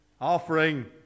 offering